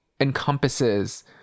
encompasses